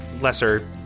lesser